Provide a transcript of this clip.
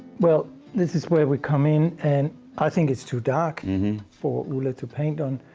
well this is where we come in and i think it's too dark for ulla to paint on.